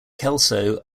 kelso